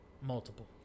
Multiple